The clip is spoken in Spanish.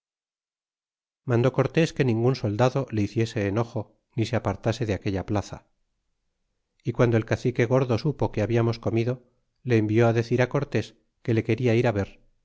mandó corles que ningun soldado le hiciese enojo ni se apartase de aquella plaza y guando el cacique gordo supo que hablamos comido le envió á decir cortés que le queda ir á ver